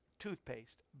Toothpaste